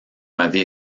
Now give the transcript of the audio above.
m’avez